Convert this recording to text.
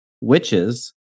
witches